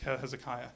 Hezekiah